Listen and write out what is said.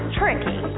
tricky